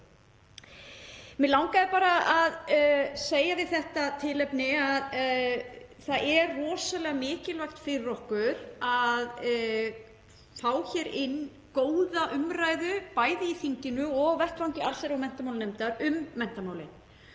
Mig langaði bara að segja við þetta tilefni að það er rosalega mikilvægt fyrir okkur að fá góða umræðu bæði í þinginu og á vettvangi allsherjar- og menntamálanefndar um menntamálin.